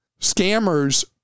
scammers